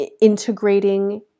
integrating